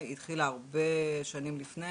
סגירת הסניפים התחילה הרבה שנים לפני